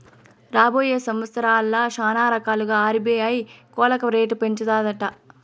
రాబోయే సంవత్సరాల్ల శానారకాలుగా ఆర్బీఐ కోలక రేట్లు పెంచతాదట